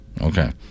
Okay